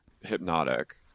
hypnotic